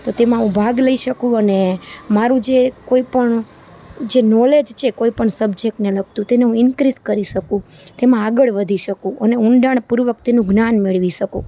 તો તેમાં હું ભાગ લઈ શકું અને મારું જે કોઈપણ જે નોલેજ છે કોઈપણ સબ્જેકટને લગતું તેને હું ઇન્ક્રીઝ કરી શકું તેમાં આગળ વધી શકું અને ઊંડાણપૂર્વક તેનું જ્ઞાન મેળવી શકું